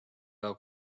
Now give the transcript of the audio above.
aga